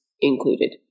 included